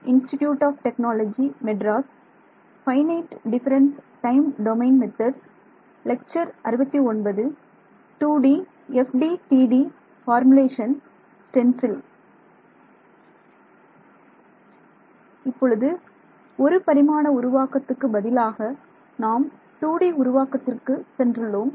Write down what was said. இப்பொழுது ஒரு பரிமாண உருவாக்கத்துக்கு பதிலாக நாம் 2D உருவாக்கத்திற்கு சென்றுள்ளோம்